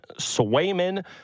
Swayman